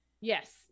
yes